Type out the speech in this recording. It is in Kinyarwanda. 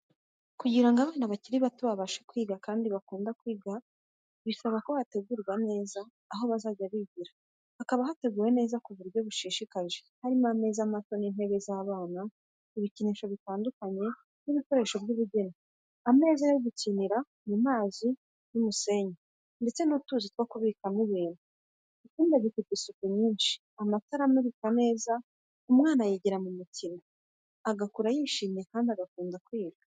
Kugira ngo abana bakiri bato babashe kwiga kandi bakunda kwiga bisaba ko bategurirwa neza aho bazajya bigira hakaba hateguwe neza ku buryo bushishikaje. Harimo ameza mato n’intebe z’abana, ibikinisho bitandukanye, ibikoresho by’ubugeni, ameza yo gukinira mu mazi n’umusenyi, ndetse n’utuzu two kubikamo ibintu. Icyumba gifite isuku nyinshi, amatara amurikira neza, umwana yigira mu mikino, agakura yishimye kandi akunda kwiga.